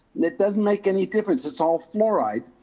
that doesn't make any difference, it's all fluoride.